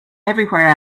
everywhere